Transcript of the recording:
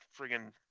friggin